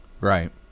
Right